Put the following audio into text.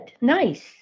Nice